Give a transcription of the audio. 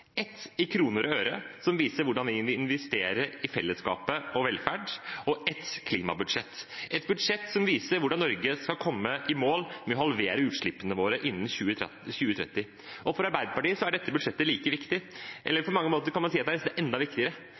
ett i kroner og øre som viser hvordan vi investerer i fellesskapet og i velferd, og ett klimabudsjett, som viser hvordan Norge skal komme i mål med å halvere utslippene våre innen 2030. For Arbeiderpartiet er dette budsjettet like viktig, eller på mange måter kan man si at det er enda viktigere,